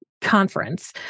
conference